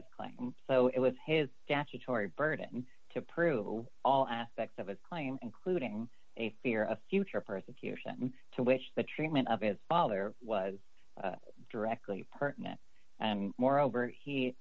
his claim so it was his statue tory burden to prove all aspects of his claim including a fear of future persecution to which the treatment of his father was directly pertinent and moreover he